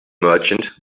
merchant